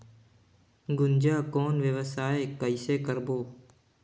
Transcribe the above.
गुनजा कौन व्यवसाय कइसे करबो?